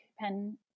pen